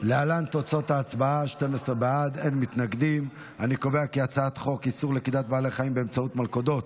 להעביר את הצעת חוק איסור לכידת בעלי חיים באמצעות מלכודות,